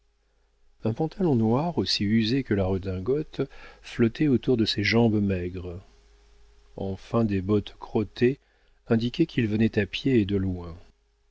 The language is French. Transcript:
un pantalon noir aussi usé que la redingote flottait autour de ses jambes maigres enfin des bottes crottées indiquaient qu'il venait à pied et de loin